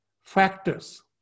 factors